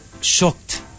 shocked